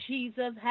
Jesus